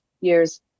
years